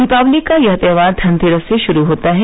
दिवाली का त्योहार धनतेरस से शुरू होता है